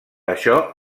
això